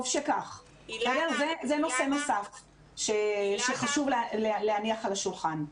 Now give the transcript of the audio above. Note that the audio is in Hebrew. זה נושא נוסף שחשוב להניח על השולחן.